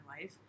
life